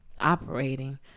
Operating